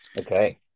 Okay